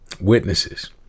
witnesses